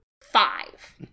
five